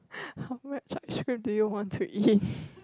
how much ice cream do you want to eat